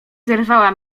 zerwała